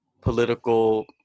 political